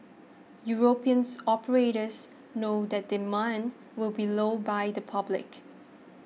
Europeans operators know that demand will be low by the public